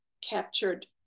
captured